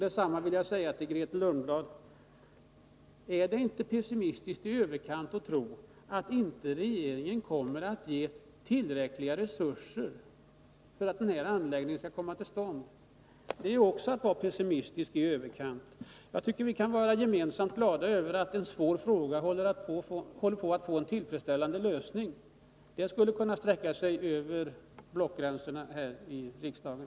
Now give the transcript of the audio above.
Detsamma vill jag säga till Grethe Lundblad: Är det inte pessimistiskt i överkant att tro att regeringen inte kommer att ge tillräckliga resurser för att anläggningen skall komma till stånd? Jag tycker att vi gemensamt borde kunna vara glada över att en så svår fråga håller på att få en tillfredsställande lösning. Glädjen över det borde kunna sträcka sig över blockgränserna här i riksdagen.